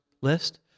list